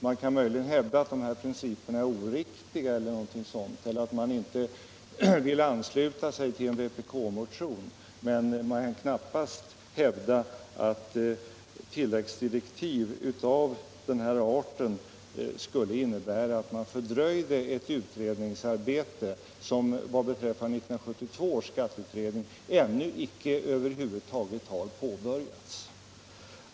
Man kan möjligen hävda att principerna på denna punkt är oriktiga, att man inte vill ansluta sig till en vpk-motion eller något sådant men knappast göra gällande, att tilläggsdirektiv av denna art fördröjer ett utredningsarbete som vad beträffar 1972 års skatteutredning ännu över huvud taget icke har påbörjats.